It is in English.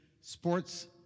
sports